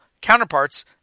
counterparts